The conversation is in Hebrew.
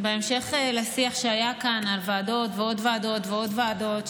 בהמשך לשיח שהיה כאן על ועדות ועוד ועדות ועוד ועדות,